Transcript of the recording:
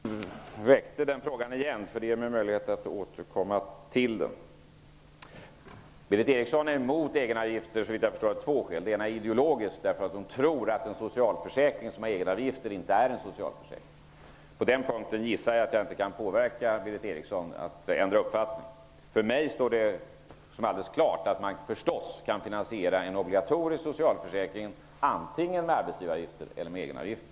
Fru talman! Jag är glad att Berith Eriksson tog upp den frågan igen -- det ger mig möjlighet att återkomma till den. Berith Eriksson är emot egenavgifter, såvitt jag förstår av två skäl. Det ena är ideologiskt: Hon tror att en socialförsäkring som har egenavgifter inte är en socialförsäkring. På den punkten gissar jag att jag inte kan få Berith Eriksson att ändra uppfattning. För mig står det helt klart att man förstås kan finansiera en obligatorisk socialförsäkring antingen med arbetsgivaravgifter eller med egenavgifter.